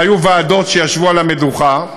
היו ועדות שישבו על המדוכה.